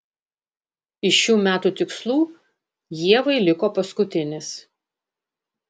iš šių metų tikslų ievai liko paskutinis